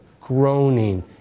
groaning